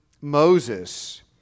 Moses